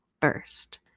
first